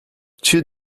two